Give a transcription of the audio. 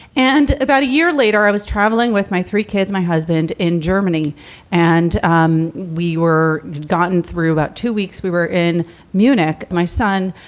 and about a year later, i was travelling with my three kids, my husband in germany and um we were gotten through about two weeks. we were in munich. my son,